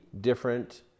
different